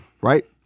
right